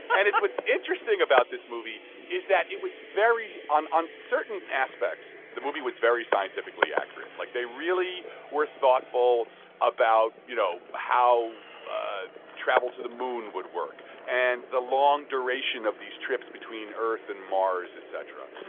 and it's what's interesting about this movie is that it was very on on certain aspects, the movie was very scientifically accurate. like, they really were thoughtful about, you know, how ah travel to the moon would work and the long duration of these trips between earth and mars, et cetera.